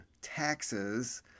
taxes